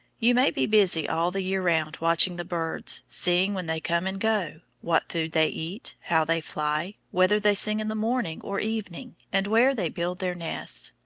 you may be busy all the year round watching the birds, seeing when they come and go, what food they eat, how they fly, whether they sing in the morning or evening, and where they build their nests.